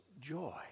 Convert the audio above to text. joy